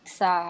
sa